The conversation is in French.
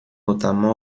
notamment